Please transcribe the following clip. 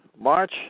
March